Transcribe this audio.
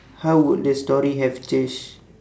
how would the story have changed